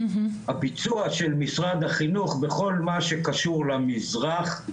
הביצוע של משרד החינוך בכל מה שקשור למזרח,